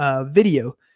video